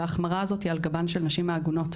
וההחמרה הזו היא על גבן של הנשים העגונות.